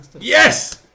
Yes